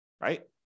right